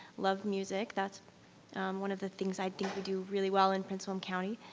love music, that's one of the things i think we do really well in prince william county,